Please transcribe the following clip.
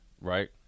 right